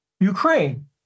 Ukraine